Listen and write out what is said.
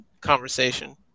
conversation